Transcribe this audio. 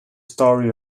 story